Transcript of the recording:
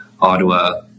Ottawa